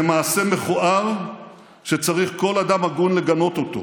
זה מעשה מכוער שצריך כל אדם הגון לגנות אותו.